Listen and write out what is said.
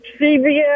CBS